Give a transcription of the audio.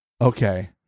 okay